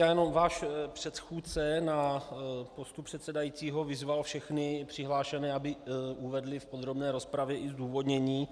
Já jenom váš předchůdce na postu předsedajícího vyzval všechny přihlášené, aby uvedli v podrobné rozpravě i zdůvodnění.